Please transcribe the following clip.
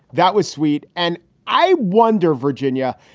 that was sweet. and i wonder, virginia,